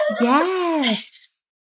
yes